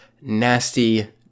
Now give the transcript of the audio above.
nasty